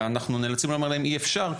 ואנחנו נאלצים לומר להם אי אפשר,